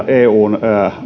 eun